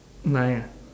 nine ah